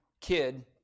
kid